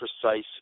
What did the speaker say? precise